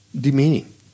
demeaning